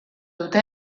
dute